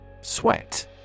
Sweat